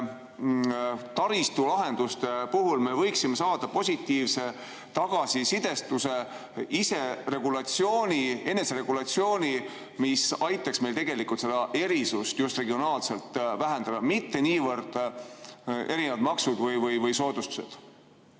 taristulahenduste puhul me võiksime saada positiivse tagasisidestuse, iseregulatsiooni, eneseregulatsiooni, mis aitaks meil tegelikult seda erisust just regionaalselt vähendada, mitte niivõrd erinevad maksud või soodustused?